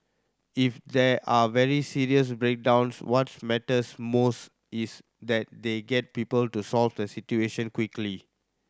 if there are very serious breakdowns what matters most is that they get people to solve the situation quickly